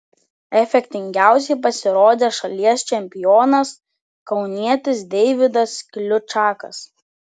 efektingiausiai pasirodė šalies čempionas kaunietis deividas kliučakas